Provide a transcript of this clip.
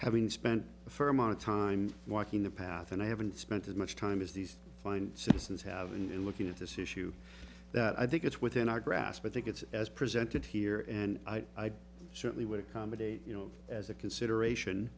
having spent a fair amount of time walking the path and i haven't spent as much time as these fine citizens have and looking at this issue that i think it's within our grasp i think it's as presented here and i certainly would accommodate you know as a consideration